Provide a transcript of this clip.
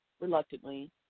reluctantly